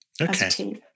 Okay